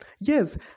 Yes